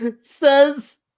says